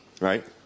Right